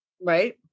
Right